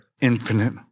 infinite